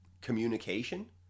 communication